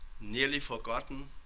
nearly forgotten,